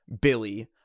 Billy